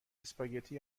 اسپاگتی